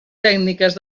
tècniques